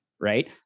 right